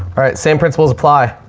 all right. same principles apply.